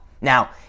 Now